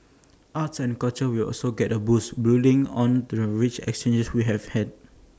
arts and culture will also get A boost building on the rich exchanges we have had